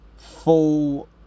Full